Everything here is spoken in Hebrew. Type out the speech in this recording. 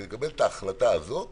כדי לקבל את ההחלטה הזאת